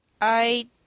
I